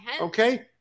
Okay